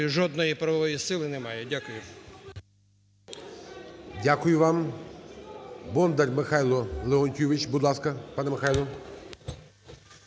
жодної правової сили не має. Дякую. ГОЛОВУЮЧИЙ. Дякую вам. Бондар Михайло Леонтійович. Будь ласка, пане Михайло.